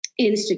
Instagram